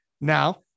Now